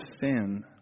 sin